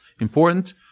important